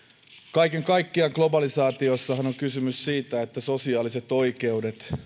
kaiken kaikkiaan globalisaatiossahan on kysymys siitä että sosiaaliset oikeudet